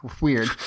weird